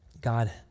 god